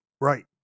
right